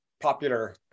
Popular